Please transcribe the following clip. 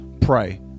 pray